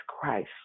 Christ